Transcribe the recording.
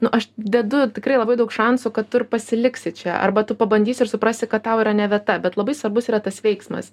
nu aš dedu tikrai labai daug šansų kad tu ir pasiliksi čia arba tu pabandysi ir suprasi kad tau yra ne vieta bet labai svarbus yra tas veiksmas